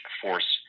force